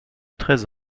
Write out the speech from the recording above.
treize